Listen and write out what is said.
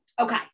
Okay